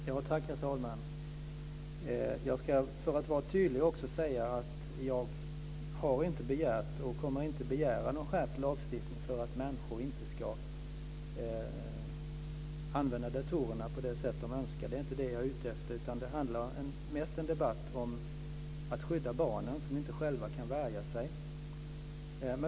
Herr talman! För att vara tydlig ska jag säga att jag inte har begärt, och inte kommer att begära, någon skärpt lagstiftning för att människor inte ska använda datorerna på det sätt som de önskar. Det är inte det jag är ute efter, utan det handlar mest om en debatt om att skydda barnen, som inte själva kan värja sig.